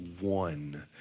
one